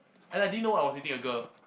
and I didn't know I was dating a girl